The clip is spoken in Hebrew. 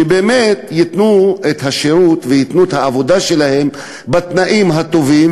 שבאמת ייתנו את השירות וייתנו את העבודה שלהם בתנאים הטובים,